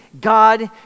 God